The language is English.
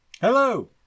Hello